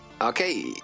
Okay